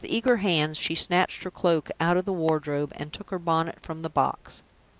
with eager hands she snatched her cloak out of the wardrobe, and took her bonnet from the box.